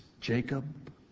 Jacob